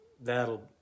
that'll